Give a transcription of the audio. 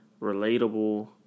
relatable